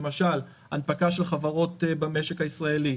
למשל הנפקה של חברות במשק הישראלי,